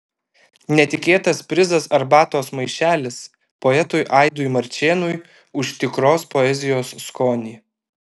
netikėtas prizas arbatos maišelis poetui aidui marčėnui už tikros poezijos skonį